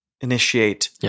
initiate